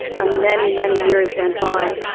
and many, many years went by,